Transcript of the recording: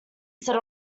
set